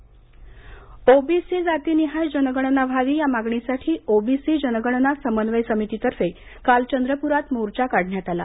OBC OBC जातीनिहाय जनगणना व्हावी या मागणीसाठी ओबीसी जनगणना समन्वय समितीतर्फे काल चंद्रपुरात मोर्चा काढण्यात आला